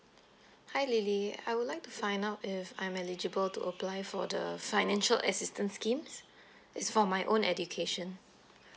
hi lily I would like to find out if I'm eligible to apply for the financial assistance schemes it's for my own education